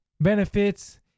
benefits